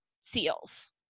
seals